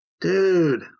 Dude